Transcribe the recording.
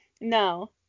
No